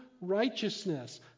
righteousness